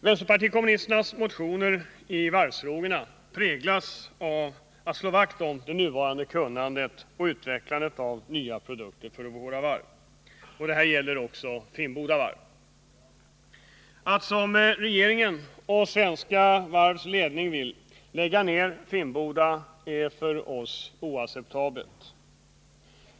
Vänsterpartiet kommunisternas motioner i varvsfrågorna präglas av viljan att slå vakt om det nuvarande kunnandet och utvecklandet av nya produkter för våra varv. Detta gäller också Finnboda Varf. Att, som regeringen och Svenska Varvs ledning vill, lägga ned Finnboda är för oss oacceptabelt.